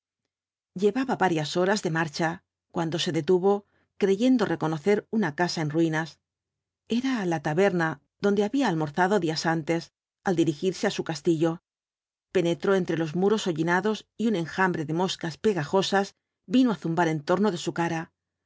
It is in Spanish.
llevaba varias horas de marcha cuando se detuvo creyendo reconocer una casa en ruinas era la taberna donde había almorzado días antes al dirigirse á su castillo penetró entre los muros hollinados y un enjambre de moscas pegajosas vino á zumbar en torno de su cara